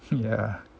yeah